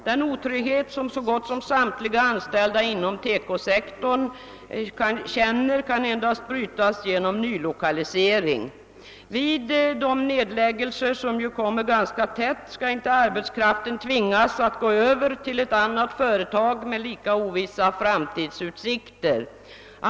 Den otrygghet som så gott som samtliga anställda inom TEKO-sektorn känner kan endast brytas genom nylokalisering. Vid de nedläggelser, som ju inträffar ganska tätt, skall arbetskraften inte tvingas att gå över till ett annat företag med lika ovissa framtidsutsikter.